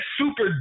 super